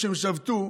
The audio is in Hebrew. כשהם שבתו,